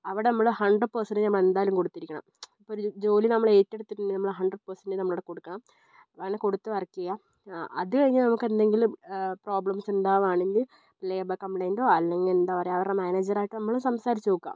അവിടെ നമ്മൾ hundred percentage നമ്മൾ എന്തായാലും കൊടുത്തിരിക്കണം ഇപ്പോൾ ഒരു ജോലി നമ്മൾ ഏറ്റെടുത്തിട്ടുണ്ടെങ്കിൽ നമ്മളെ ഹൺഡ്രഡ് പെർസെന്റേജ് നമ്മൾ അവിടെ കൊടുക്കണം അങ്ങനെ കൊടുത്ത് വർക്ക് ചെയ്യുക അത് കഴിഞ്ഞു നമുക്കെന്തെങ്കിലും പ്രോബ്ലംസ് ഉണ്ടാവുകയാണെങ്കിൽ ലേബർ കംപ്ലൈന്റോ അല്ലെങ്കിൽ എന്താ പറയുക അവരുടെ മാനേജറുമായിട്ട് നമ്മൾ സംസാരിച്ചു നോക്കുക